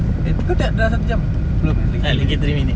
eh kau tengok dah satu jam belum eh tiga minit